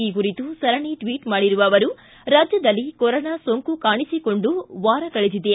ಈ ಕುರಿತು ಸರಣಿ ಟ್ವಟ್ ಮಾಡಿರುವ ಅವರು ರಾಜ್ಯದಲ್ಲಿ ಕೊರೋನಾ ಸೋಂಕು ಕಾಣಿಸಿಕೊಂಡು ವಾರ ಕಳೆದಿದೆ